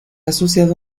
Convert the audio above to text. asociado